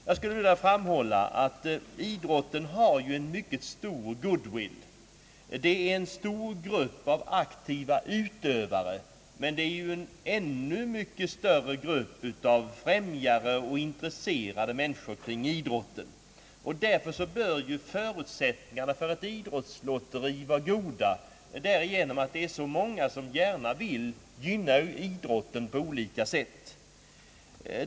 Jag vill framhålla att idrotten har en mycket stor goodwill. Gruppen aktiva utövare är stor, men det finns en mycket större grupp av främjare och intresserade kring idrotten, och därför bör förutsättningarna för ett idrottslotteri vara goda, därigenom att så många gärna vill gynna idrotten på olika sätt.